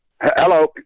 Hello